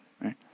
right